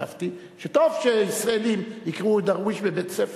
חשבתי שטוב שישראלים יקראו את דרוויש בבית-ספר.